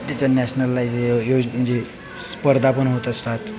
त्याच्या नॅशनलला हे जे योज म्हणजे स्पर्धा पण होत असतात